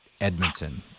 Edmonton